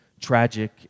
tragic